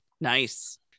Nice